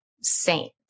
saint